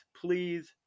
please